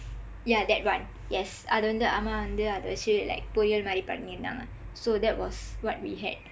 yah that [one] yes அது வந்து அம்மா வந்து அத வச்சு:athu vandthu ammaa vandthu atha vachsu like பொறியல் மாதிரி பண்ணியிருந்தாங்க:poriyal maathiri panniyirundthaangka so that was what we had